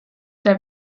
der